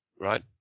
Right